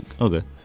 Okay